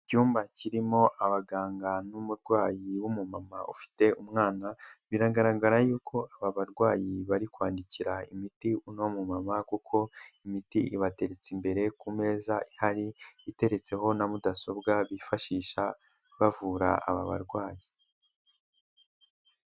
Icyumba kirimo abaganga n'umurwayi w'umumama ufite umwana, biragaragara yuko aba barwayi bari kwandikira imiti uno muma kuko imiti ibateretse imbere ku meza ihari, iteretseho na mudasobwa bifashisha bavura aba barwayi.